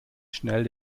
schnell